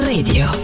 Radio